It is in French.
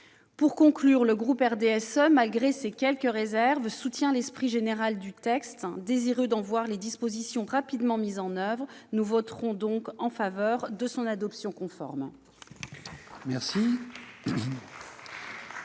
efficaces. Le groupe du RDSE, malgré ces quelques réserves, soutient l'esprit général du texte. Désireux d'en voir les dispositions rapidement mises en oeuvre, ses membres voteront en faveur de son adoption conforme.